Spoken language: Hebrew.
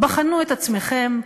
בחנו את עצמכם,